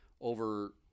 over